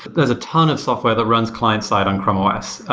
there's a ton of software that runs client side on chrome os.